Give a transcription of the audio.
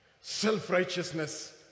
self-righteousness